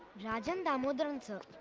rajan dhamodhran sir.